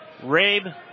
Rabe